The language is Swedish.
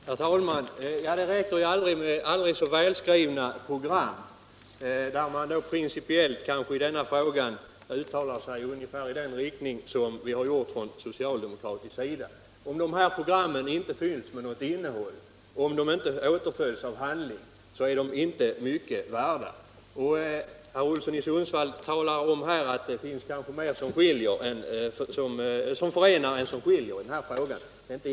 Herr talman! Det räcker inte med aldrig så välskrivna program där man i den här frågan principiellt kanske uttalar sig ungefär i den riktning som vi gjort från socialdemokratins sida. Om programmen inte fylls med innehåll och åtföljs av handling är de inte mycket värda. Herr Olsson i Sundsvall talar här om att det finns mer som förenar än som skiljer oss åt.